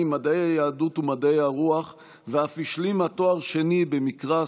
מדעי היהדות ומדעי הרוח ואף השלימה תואר שני במקרא,